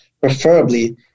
preferably